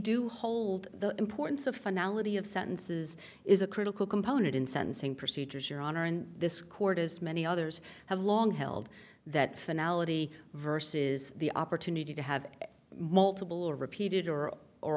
do hold the importance of finality of sentences is a critical component in sentencing procedures your honor in this court as many others have long held that finale versus the opportunity to have multiple repeated or or